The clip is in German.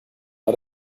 war